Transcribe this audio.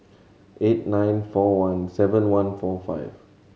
eight nine four one seven one four five